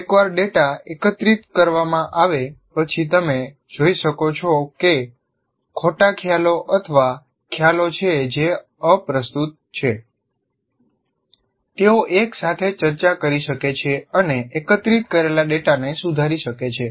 એકવાર ડેટા એકત્રિત કરવામાં આવે પછી તમે જોઈ શકો છો કે ખોટા ખ્યાલો અથવા ખ્યાલો છે જે અપ્રસ્તુત છે તેઓ એકસાથે ચર્ચા કરી શકે છે અને એકત્રિત કરેલા ડેટાને સુધારી શકે છે